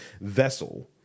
vessel